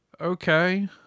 okay